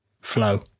flow